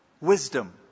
Wisdom